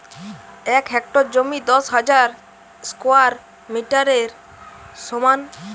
এক হেক্টর জমি দশ হাজার স্কোয়ার মিটারের সমান